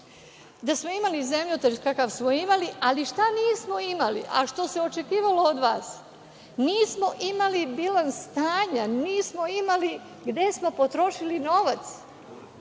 da smo imali zemljotres kakav smo imali, ali šta nismo imali, a što se očekivalo od vas? Nismo imali bilans stanja, nismo imali gde smo potrošili novac.